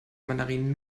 mandarinen